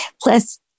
plus